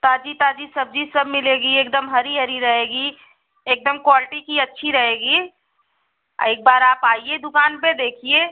ताजी ताजी सब्जी सब मिलेगी एकदम हरी हरी रहेगी एकदम क्वालटी की अच्छी रहेगी एक बार आप आइए दुकान पर देखिए